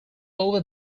over